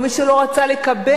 או מי שלא רצה לקבל,